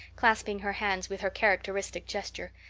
clasping her hands with her characteristic gesture,